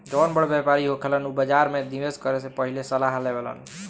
जौन बड़ व्यापारी होखेलन उ बाजार में निवेस करे से पहिले सलाह लेवेलन